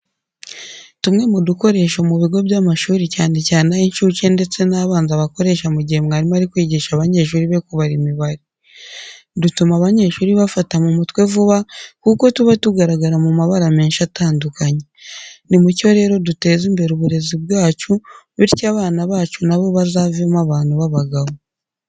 Tumwe mu dukoresho mu bigo by'amashuri cyane cyane ay'incuke ndetse n'abanza bakoresha mu gihe mwarimu ari kwigisha abanyeshuri be kubara imibare. Dutuma abanyeshuri bafata mu mutwe vuba kuko tuba tugaragara mu mabara menshi atandukanye. Ni mucyo rero, duteze imbere uburezi bwacu, bityo abana bacu na bo bazavemo abantu b'abagabo.